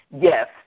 Yes